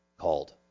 called